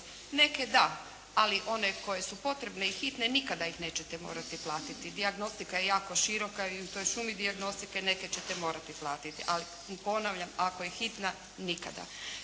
Neke da, ali one koje su potrebne i hitne nikada ih nećete morati platiti. Dijagnostika je jako široka i u toj šumi dijagnostike neke ćete morati platiti. Ali ponavljam, ako je hitna nikada.